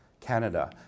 Canada